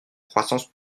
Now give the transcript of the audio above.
croissance